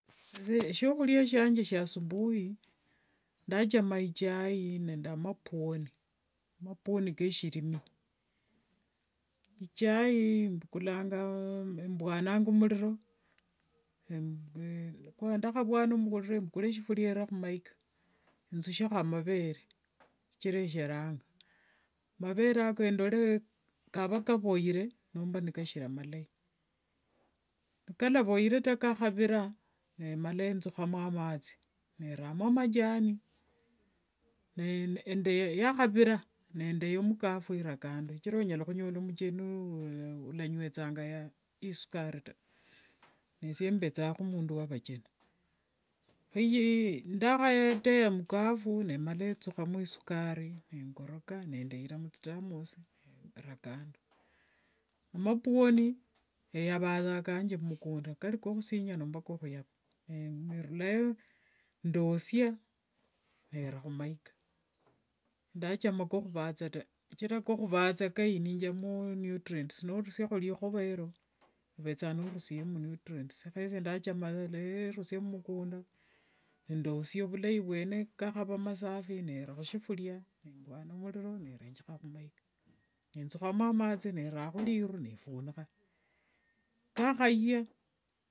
Shiokhuria shianje shia asubui ndachama ichai nende mapwoni mapwoni keshirimi, ichai mbukulanga nembwana muriro ndakhavwana muriro mbukule sifuria nde khumayika, nzushekho amavere, shichira sheranga, mavere ako ndorere kava nikavoyere nomba nkashiri amalayi, nkalavoyere taa nkakhavira nemala nzukhamo mathi neramo majani, yakhavira nendaya mukafu eyo nda kando shichira onyala khunyola mucheni ulanywethanga ya majani taa shichira esie mbethakho mundu wavakeni, ndakhataya mukafu nemala enzukhamo isukari nengoroka nemala nzukha muthitamos nenda kando, mapwoni eyavanga saa kanje mwikunda, kari kokhuyava kose kokhusinya, nerulayo ndosia nira khumayika, shindachama kokhuvatha taa shichira kokhuvatha kainiangamo nutrient, norusiakho rikhova ero ovethanga norusiyemo nutrients, kho esye ndachama nerusia mumukunda, nendosia vulayi vwene kakhava masafi kene nera khushifuria nembwana muriro nenda khumayika, nenzukhamo amathi nendamo rilu nephunikha, kakhayia.